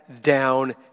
down